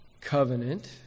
covenant